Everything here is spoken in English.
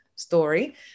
story